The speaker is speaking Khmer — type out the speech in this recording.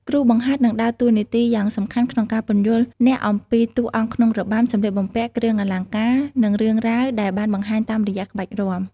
គ្រូបង្ហាត់នឹងដើរតួនាទីយ៉ាងសំខាន់ក្នុងការពន្យល់អ្នកអំពី តួអង្គក្នុងរបាំ សម្លៀកបំពាក់ គ្រឿងអលង្ការ និងរឿងរ៉ាវដែលបានបង្ហាញតាមរយៈក្បាច់រាំ។